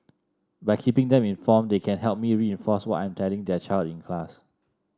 by keeping them informed they can help me reinforce what I'm telling their child in class